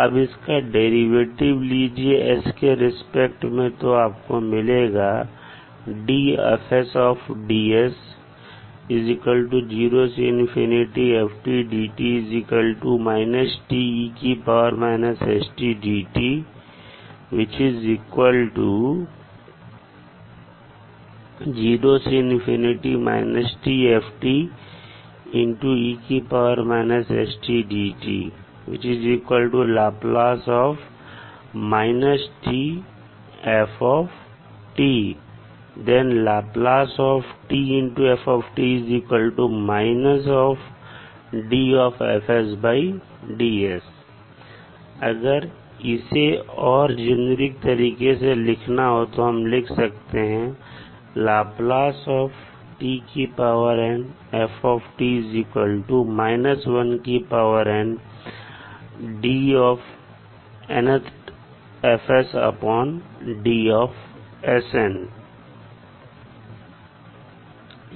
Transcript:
अब इसका डेरिवेटिव लीजिए s के रेस्पेक्ट में तो मिलेगा अगर इसे और जेनेरिक तरीके से लिखना है तो हम लिख सकते हैं